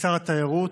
כשר התיירות.